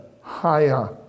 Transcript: higher